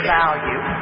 value